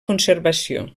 conservació